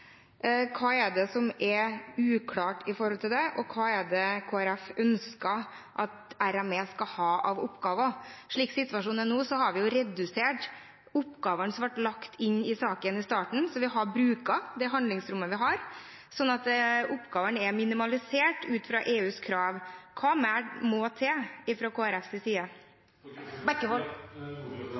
Hva er det som er uklart når det gjelder det? Hva er det Kristelig Folkeparti ønsker at RME skal ha av oppgaver? Slik situasjonen er nå, har vi redusert oppgavene som ble lagt inn i saken fra starten, så vi har brukt det handlingsrommet vi har. Oppgavene er minimalisert ut fra EUs krav. Hva mer må til